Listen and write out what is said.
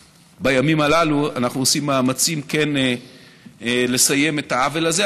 בימים הללו אנחנו עושים מאמצים כן לסיים את העוול הזה,